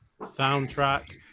soundtrack